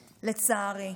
לצערי.